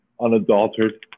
Unadulterated